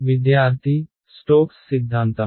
విద్యార్థి స్టోక్స్ సిద్ధాంతం